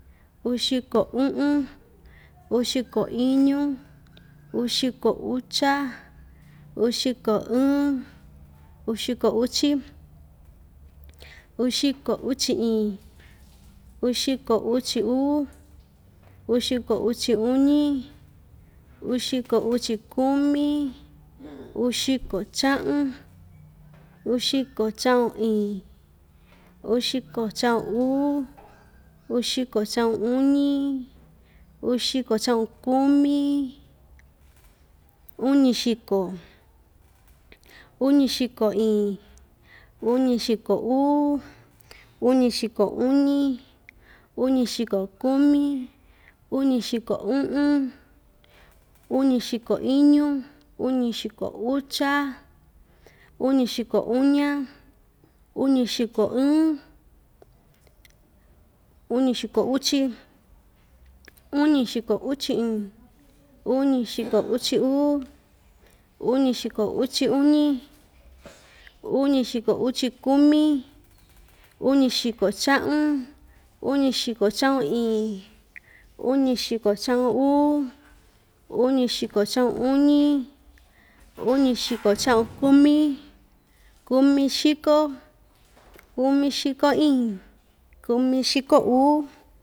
Uxiko u'un, uxiko iñu, uxiko ucha, uxiko ɨɨn, uxiko uchi, uxiko uchi iin, uxiko uchi uu, uxiko uchi uñi, uxiko uchi kumi, uxiko cha'un, uxiko cha'un iin, uxiko cha'un uu, uxiko cha'un uñi, uxiko cha'un kumi, uñixiko, uñixiko iin, uñixiko uu, uñixiko uñi, uñixiko kumi, uñixiko u'un, uñixiko iñu, uñixiko ucha, uñixiko uña, uñixiko ɨɨn, uñixiko uchi, uñixiko uchi iin, uñixiko uchi uu, uñixiko uchi uñi, uñixiko uchi kumi, uñixiko cha'un, uñixiko cha'un iin, uñixiko cha'un uu, uñixiko cha'un uñi, uñixiko cha'un kumi, kumixiko, kumixiko iin, kumixiko uu.